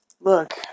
Look